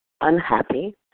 unhappy